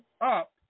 up